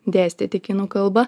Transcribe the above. dėstyti kinų kalbą